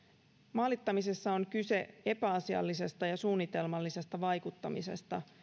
maalittamisessa on kyse epäasiallisesta ja suunnitelmallisesta vaikuttamisesta